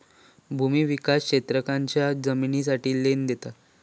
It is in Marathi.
भूमि विकास शेतकऱ्यांका जमिनीसाठी लोन देता